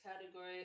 category